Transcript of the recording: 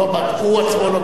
הוא עצמו לא ביטל,